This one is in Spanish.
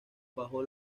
bajo